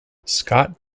scott